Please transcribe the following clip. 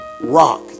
rock